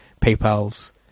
paypal's